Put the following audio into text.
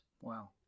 Wow